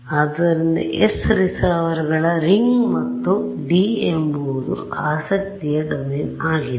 ಆದ್ದರಿಂದ ಎಸ್ ರಿಸೀವರ್ಗಳ ರಿಂಗ್ ಮತ್ತು ಡಿ ಎಂಬುದು ಆಸಕ್ತಿಯ ಡೊಮೇನ್ ಆಗಿದೆ